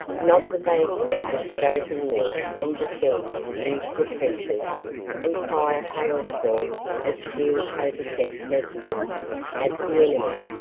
not that they expected to go to war and descend into the trenches and fire hail-storms of steel-coated death-messengers at the enemy.